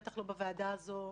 בטח לא בוועדה הזו,